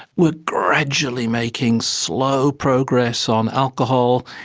we're gradually making slow progress on alcohol.